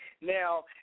Now